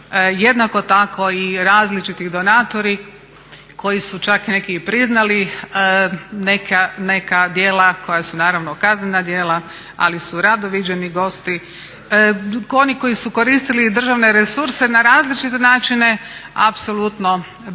jednako tako i različiti donatori koji su čak neki i priznali neka djela koja su naravno kaznena djela ali su rado viđeni gosti, oni koji su koristili i državne resurse na različite načine apsolutno vrlo